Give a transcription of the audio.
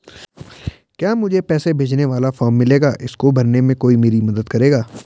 क्या मुझे पैसे भेजने वाला फॉर्म मिलेगा इसको भरने में कोई मेरी मदद करेगा?